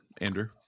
Andrew